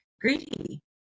greedy